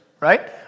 right